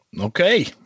Okay